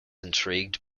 intrigued